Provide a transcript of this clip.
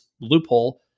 loophole